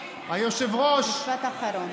להתקלח.